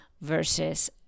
versus